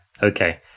Okay